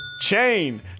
Chain